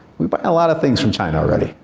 we buy a lot of things from china already.